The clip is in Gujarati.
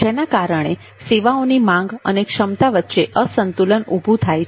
જેના કારણે સેવાઓની માંગ અને ક્ષમતા વચ્ચે અસંતુલન ઊભું થાય છે